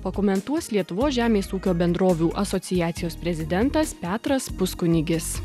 pakomentuos lietuvos žemės ūkio bendrovių asociacijos prezidentas petras puskunigis